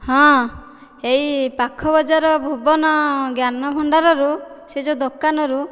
ହଁ ଏଇ ପାଖ ବଜାର ଭୁବନ ଜ୍ଞାନ ଭଣ୍ଡାରରୁ ସେ ଯେଉଁ ଦୋକାନରୁ